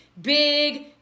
Big